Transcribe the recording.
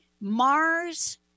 mars